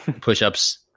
push-ups